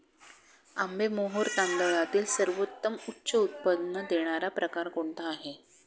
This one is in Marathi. आंबेमोहोर तांदळातील सर्वोत्तम उच्च उत्पन्न देणारा प्रकार कोणता आहे?